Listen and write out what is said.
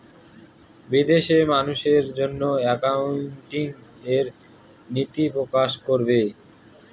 বিদেশে মানুষের জন্য একাউন্টিং এর নীতি প্রকাশ করে